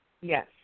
Yes